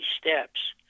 steps